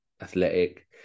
athletic